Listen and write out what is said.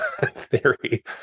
theory